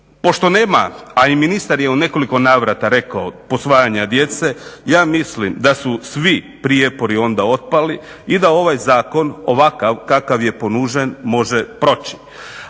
Pošto nema a i ministar je u nekoliko navrata rekao posvajanja djece, ja mislim da su svi prijepori onda otpali i da ovaj Zakon ovakav kakav je ponuđen može proći.